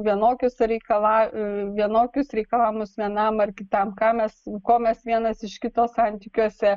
vienokius reikala vienokius reikalavimus vienam ar kitam ką mes ko mes vienas iš kito santykiuose